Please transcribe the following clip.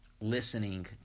listening